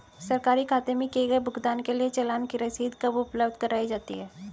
सरकारी खाते में किए गए भुगतान के लिए चालान की रसीद कब उपलब्ध कराईं जाती हैं?